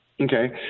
Okay